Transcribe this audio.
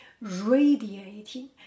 radiating